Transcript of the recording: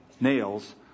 nails